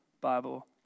Bible